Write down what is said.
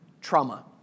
trauma